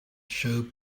showed